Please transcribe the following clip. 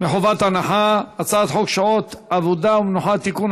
מחובת הנחה: הצעת חוק שעות עבודה ומנוחה (תיקון,